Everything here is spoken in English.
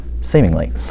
seemingly